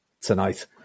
tonight